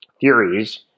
theories